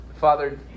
Father